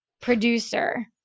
producer